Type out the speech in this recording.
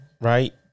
Right